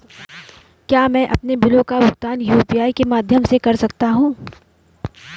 क्या मैं अपने बिलों का भुगतान यू.पी.आई के माध्यम से कर सकता हूँ?